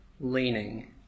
Leaning